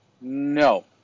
No